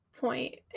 Point